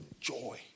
joy